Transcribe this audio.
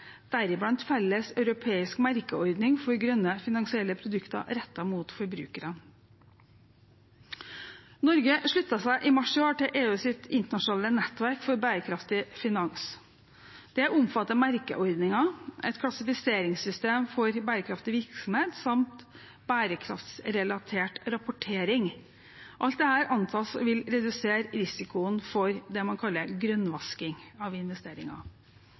deriblant felles europeisk merkeordning for grønne finansielle produkter rettet mot forbrukerne. Norge sluttet seg i mars i år til EUs internasjonale nettverk for bærekraftig finans. Det omfatter merkeordninger, et klassifiseringssystem for bærekraftig virksomhet, som bærekraftsrelatert rapportering. Alt dette antas å ville redusere risikoen for det man kaller grønnvasking av investeringer.